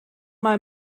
mal